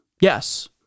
Yes